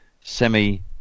semi